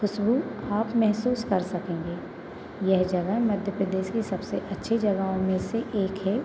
खुशबू आप महसूस कर सकेंगे यह जगह मध्य प्रदेश की सबसे अच्छी जगहों में से एक है